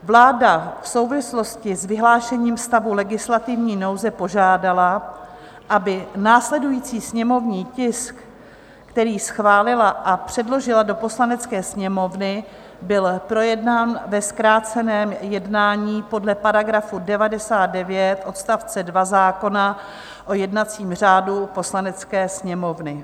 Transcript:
Vláda v souvislosti s vyhlášením stavu legislativní nouze požádala, aby následující sněmovní tisk, který schválila a předložila do Poslanecké sněmovny, byl projednán ve zkráceném jednání podle § 99 odst. 2 zákona o jednacím řádu Poslanecké sněmovny.